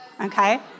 okay